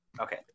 okay